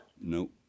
No